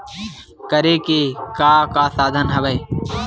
करे के का का साधन हवय?